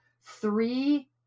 three